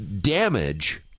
damage